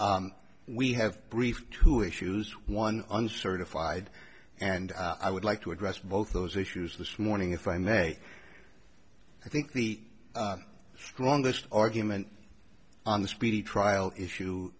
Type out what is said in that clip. we have briefed who issues one uncertified and i would like to address both those issues this morning if i may i think the strongest argument on the speedy trial issue